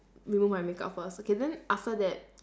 remove my makeup first okay then after that